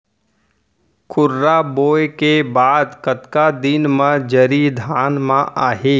खुर्रा बोए के बाद कतका दिन म जरी धान म आही?